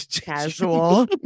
casual